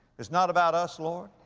it's not about us lord.